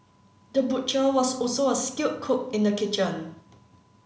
the butcher was also a skilled cook in the kitchen